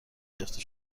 گرفته